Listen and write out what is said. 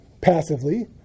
passively